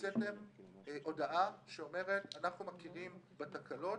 הוצאתם הודעה שאומרת: אנחנו מכירים בתקלות,